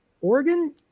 Oregon